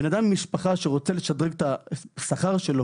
בן אדם עם משפחה שרוצה לשדרג את השכר שלו,